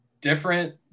different